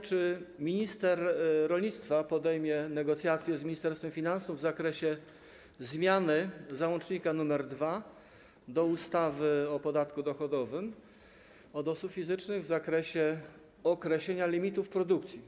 Czy minister rolnictwa podejmie negocjacje z Ministerstwem Finansów w zakresie zmiany załącznika nr 2 do ustawy o podatku dochodowym od osób fizycznych w zakresie określenia limitów produkcji?